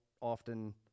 often